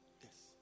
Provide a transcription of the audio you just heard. Yes